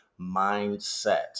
mindset